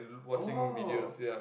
oh